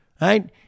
right